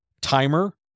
Timer